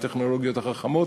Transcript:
בטכנולוגיות החכמות.